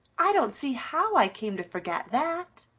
i don't see how i came to forget that.